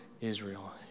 Israel